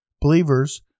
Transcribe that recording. Believers